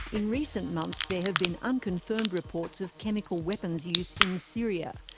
in recent months there have been unconfirmed reports of chemical weapons use in syria,